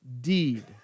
deed